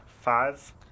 five